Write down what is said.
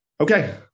Okay